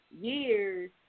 years